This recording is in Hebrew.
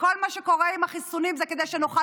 שכל מה שקורה עם החיסונים זה כדי שנוכל